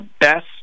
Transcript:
best